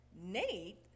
Nate